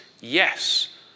Yes